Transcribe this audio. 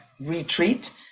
retreat